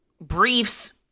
briefs